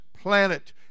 planet